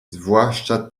zwłaszcza